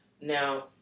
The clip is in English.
Now